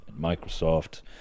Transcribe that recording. Microsoft